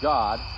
God